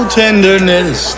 tenderness